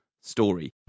story